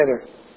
together